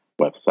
website